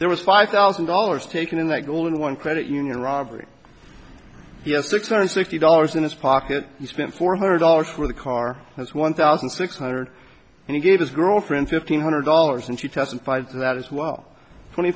there was five thousand dollars taken in that golden one credit union robbery he has six hundred sixty dollars in his pocket he spent four hundred dollars for the car his one thousand six hundred and he gave his girlfriend fifteen hundred dollars and she testified to that as well twenty